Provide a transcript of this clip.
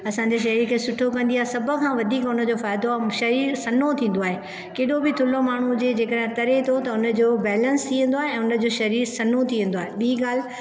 असांजे शरीर खे सुठो कंदी आहे सभु खां वधीक उनजो फ़ाइदो आहे शरीर सन्हो थींदो आहे केॾो बि थुल्हो माण्हू हुजे जेकर तरे थो त उनजो बैलेंस थी वेन्दो आहे ऐं उनजो शरीर सन्हो थी वेन्दो आहे बि ॻाल्हि